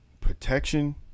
Protection